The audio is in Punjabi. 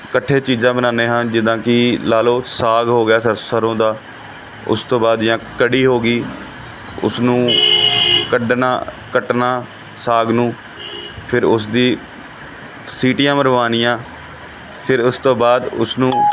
ਇਕੱਠੇ ਚੀਜ਼ਾਂ ਬਣਾਉਂਦੇ ਹਾਂ ਜਿੱਦਾਂ ਕਿ ਲਗਾ ਲਓ ਸਾਗ ਹੋ ਗਿਆ ਸਰੋਂ ਦਾ ਉਸ ਤੋਂ ਬਾਅਦ ਜਾਂ ਕੜੀ ਹੋ ਗਈ ਉਸਨੂੰ ਕੱਢਣਾ ਕੱਟਣਾ ਸਾਗ ਨੂੰ ਫਿਰ ਉਸਦੀ ਸੀਟੀਆਂ ਮਰਵਾਉਣੀਆ ਫਿਰ ਉਸ ਤੋਂ ਬਾਅਦ ਉਸ ਨੂੰ